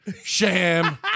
sham